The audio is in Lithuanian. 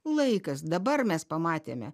laikas dabar mes pamatėme